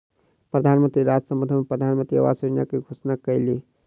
प्रधान मंत्री राष्ट्र सम्बोधन में प्रधानमंत्री आवास योजना के घोषणा कयलह्नि